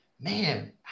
man